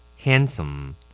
handsome